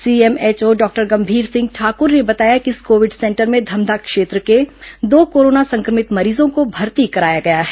CMHO doctor Gambhir Singh Thakur ने बताया कि इस कोविड सेंटर में धमधा क्षेत्र के दो कोरोना संक्रमित मरीजों को भर्ती कराया गया है